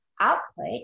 output